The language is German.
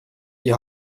die